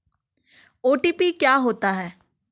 OTP क्या होता है?